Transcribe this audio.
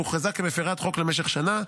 שהוכרזה כמפירת חוק למשך שנה,